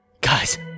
Guys